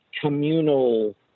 communal